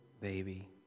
baby